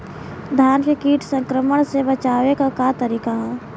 धान के कीट संक्रमण से बचावे क का तरीका ह?